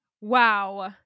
Wow